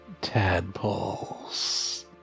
tadpoles